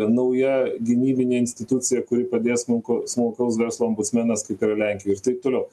nauja gynybinė institucija kuri padės mum ko smulkaus verslo ombudsmenas kaip yra lenkijoj ir taip toliau